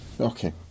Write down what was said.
okay